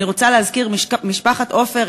אני רוצה להזכיר: משפחת עופר,